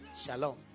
Shalom